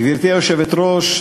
גברתי היושבת-ראש,